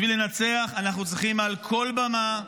בשביל לנצח אנחנו צריכים על כל במה,